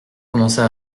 commença